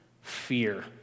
fear